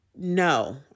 no